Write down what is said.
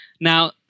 Now